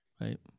Right